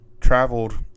traveled